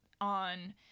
on